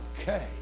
Okay